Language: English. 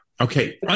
Okay